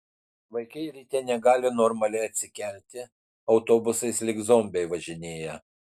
vaikai ryte negali normaliai atsikelti autobusais lyg zombiai važinėja